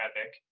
epic